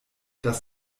dass